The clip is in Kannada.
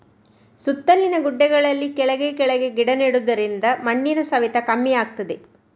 ಸುತ್ತಲಿನ ಗುಡ್ಡೆಗಳಲ್ಲಿ ಕೆಳಗೆ ಕೆಳಗೆ ಗಿಡ ನೆಡುದರಿಂದ ಮಣ್ಣಿನ ಸವೆತ ಕಮ್ಮಿ ಆಗ್ತದೆ